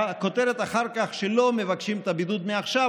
והכותרת אחר כך היא שלא מבקשים את הבידוד מעכשיו,